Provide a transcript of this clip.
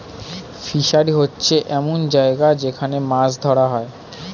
fishery হচ্ছে এমন জায়গা যেখান মাছ ধরা হয়